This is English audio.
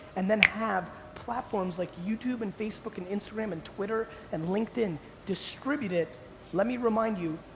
and then have platforms like youtube and facebook and instagram and twitter and linkedin distribute it, let me remind you,